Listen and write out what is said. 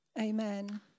Amen